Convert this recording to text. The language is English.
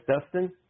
Dustin